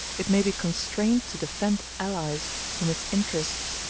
it may be constrained to defend allies whom its interests,